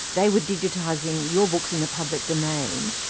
they were digitising your books in the public domain,